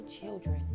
children